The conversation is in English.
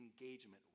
engagement